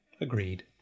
agreed